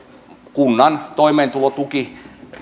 kunnan toimeentulotuki